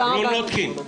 רון נוטקין.